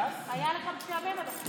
היה לך משעמם עד עכשיו.